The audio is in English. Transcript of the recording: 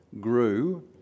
grew